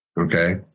Okay